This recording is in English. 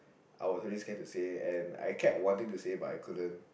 I was really scared to say and I kept wanting to say but I couldn't